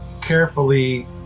carefully